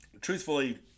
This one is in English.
Truthfully